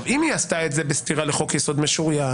אם היא עשתה את זה בסתירה לחוק יסוד משוריין,